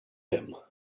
him